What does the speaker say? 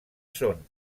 són